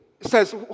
says